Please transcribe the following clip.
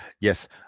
Yes